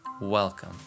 Welcome